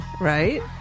Right